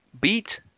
beat